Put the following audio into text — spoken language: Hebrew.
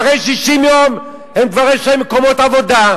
אחרי 60 יום כבר יש להם מקומות עבודה.